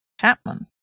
Chapman